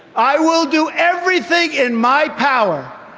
i will do everything in my power.